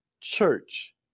church